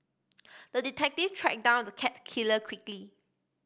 the detective tracked down the cat killer quickly